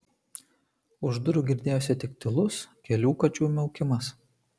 už durų girdėjosi tik tylus kelių kačių miaukimas